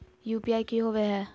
UPI की होवे है?